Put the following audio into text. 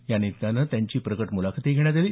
यानिमित्तानं त्यांची काल प्रकट मुलाखतही घेण्यात आली